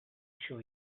show